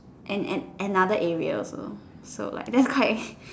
and and another area also so like that's quite